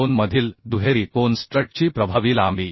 2 मधील दुहेरी कोन स्ट्रटची प्रभावी लांबी